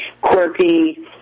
quirky